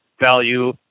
value